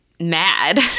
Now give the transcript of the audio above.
mad